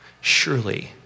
surely